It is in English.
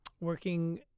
working